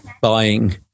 buying